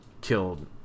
killed